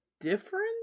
different